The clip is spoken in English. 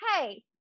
hey